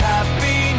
Happy